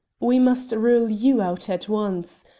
we must rule you out at once.